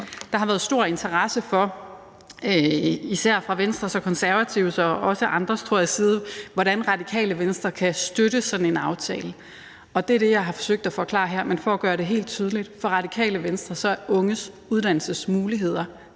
Der har været stor interesse, især fra Venstres og Konservatives og – tror jeg – også andres side, for, hvordan Radikale Venstre kan støtte sådan en aftale, og det er det, jeg har forsøgt at forklare her, men for at gøre det helt tydeligt vil jeg sige, at for Radikale Venstre er unges uddannelsesmuligheder